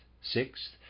sixth